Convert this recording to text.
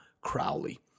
Crowley